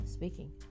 speaking